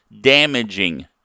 damaging